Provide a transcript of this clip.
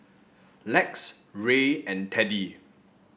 Lex Ray and Teddy